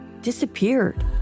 disappeared